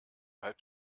halb